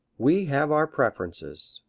we have our preferences.